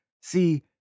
See